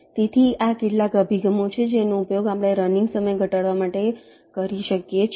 તેથી આ કેટલાક અભિગમો છે જેનો ઉપયોગ તમે રનિંગ સમય ઘટાડવા માટે કરી શકો છો